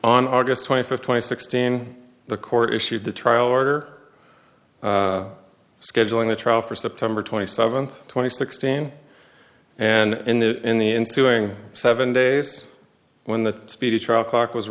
on august twenty fifth twenty sixteen the court issued the trial order scheduling the trial for september twenty seventh twenty sixteen and in the ensuing seven days when the speedy trial clock was